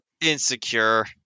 Insecure